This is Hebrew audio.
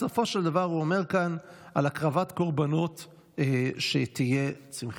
בסופו של דבר הוא אומר כאן על הקרבת קורבנות שתהיה צמחית.